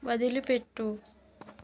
వదిలిపెట్టు